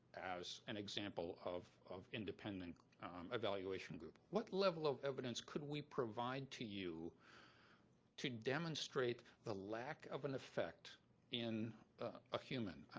as an example of of independent evaluation group? what level of evidence could we provide to you to demonstrate the like of an effect in a human?